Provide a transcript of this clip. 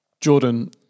Jordan